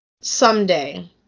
Someday